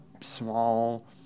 small